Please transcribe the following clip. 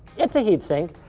it's a heatsink.